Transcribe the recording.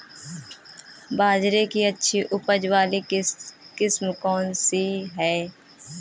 बाजरे की अच्छी उपज वाली किस्म कौनसी है?